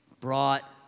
brought